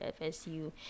FSU